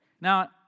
Now